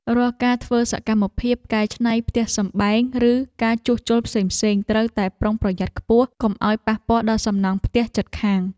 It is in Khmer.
រាល់ការធ្វើសកម្មភាពកែច្នៃផ្ទះសម្បែង ឬការជួសជុលផ្សេងៗត្រូវតែប្រុងប្រយ័ត្នខ្ពស់កុំឱ្យប៉ះពាល់ដល់សំណង់ផ្ទះជិតខាង។